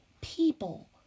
people